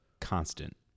constant